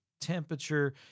temperature